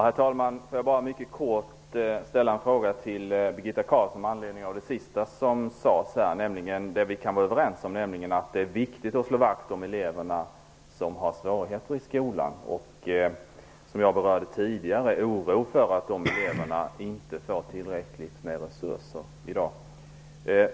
Herr talman! Jag vill bara ställa en kort fråga till Birgitta Carlsson med anledning av det hon sade sist, nämligen att det är viktigt att slå vakt om elever med svårigheter i skolan. Det kan vi vara överens om. Som jag berörde tidigare, finns det dock en oro för att de eleverna inte får tillräckligt med resurser i dag.